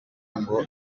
ngo